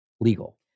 legal